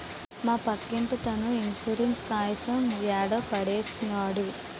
మా పక్కింటతను ఇన్సూరెన్స్ కాయితం యాడో పడేసినాడు